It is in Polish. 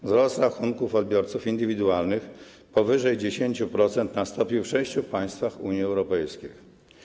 Wzrost rachunków odbiorców indywidualnych powyżej 10% nastąpił w sześciu państwach Unii Europejskiej.